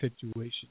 situation